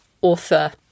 author